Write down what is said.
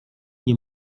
nie